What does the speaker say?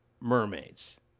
mermaids